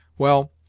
well,